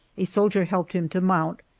a soldier helped him to mount,